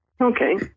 Okay